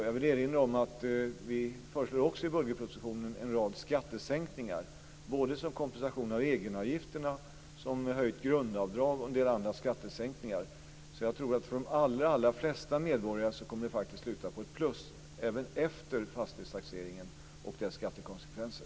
Jag vill erinra om att vi också föreslår en rad skattesänkningar i budgetpropositionen, t.ex. kompensation för egenavgifterna, höjt grundavdrag och en del andra skattesänkningar. Jag tror att det faktiskt kommer att sluta på plus för de allra flesta medborgarna även efter fastighetstaxeringen och dess skattekonsekvenser.